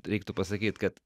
reiktų pasakyt kad